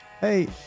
Hey